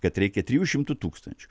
kad reikia trijų šimtų tūkstančių